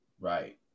right